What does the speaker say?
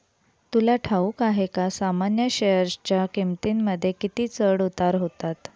तुला ठाऊक आहे का सामान्य शेअरच्या किमतींमध्ये किती चढ उतार होतात